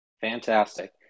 Fantastic